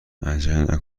عجله